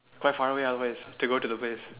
quite far away always to go to the place